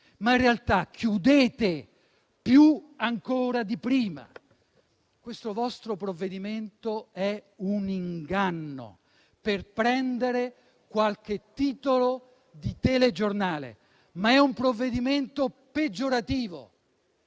ma in realtà chiudete ancora più di prima. Questo vostro provvedimento è un inganno per prendere qualche titolo di telegiornale; ma è un provvedimento peggiorativo